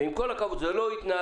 ועם כל הכבוד, זו לא התנהלות